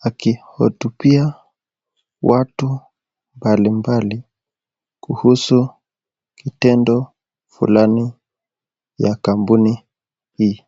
akihutubia watu mbali mbali kuhusu kitendo fulani ya kampuni hii.